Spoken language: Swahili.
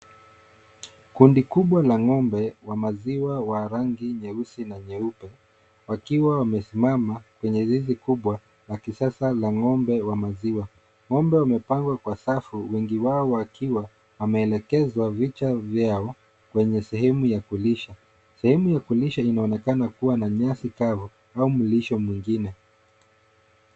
Kundi kubwa la ng'ombe wa maziwa wa rangi nyeusi na nyeupe wakiwa wamesimama kwenye zizi kubwa la kisasa la ng'ombe wa maziwa. Ngombe wamepangwa kwa safu, wengi wao wakiwa wameelekeza vichwa vyao kwenye sehemu ya kulisha. Sehemu ya kulisha inaonekana kuwa na nyasi kavu au mlisho mwingine.